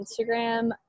Instagram